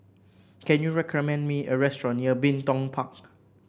can you recommend me a restaurant near Bin Tong Park